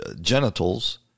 genitals